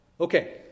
Okay